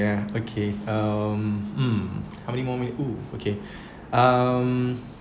ya okay um how many more minute oo okay um